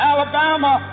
Alabama